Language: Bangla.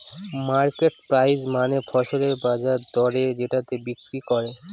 মার্কেট প্রাইস মানে ফসলের বাজার দরে যেটাতে বিক্রি করে